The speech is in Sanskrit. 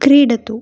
क्रीडतु